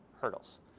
hurdles